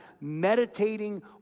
meditating